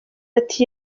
ati